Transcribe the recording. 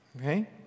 Okay